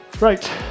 right